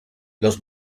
los